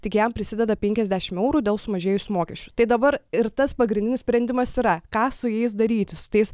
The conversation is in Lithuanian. tik jam prisideda penkiasdešim eurų dėl sumažėjusių mokesčių tai dabar ir tas pagrindinis sprendimas yra ką su jais daryti su tais